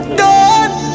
done